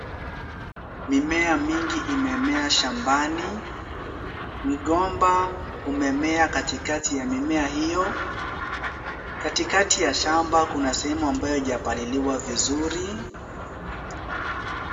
Mimea mingi imemea shambani, mgomba umemea katikati ya mimea hiyo, katikati ya shamba kuna sehemu ambayo ijapaliliwa vizuri.